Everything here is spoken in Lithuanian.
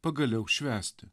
pagaliau švęsti